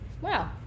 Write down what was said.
Wow